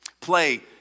Play